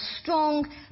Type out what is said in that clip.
strong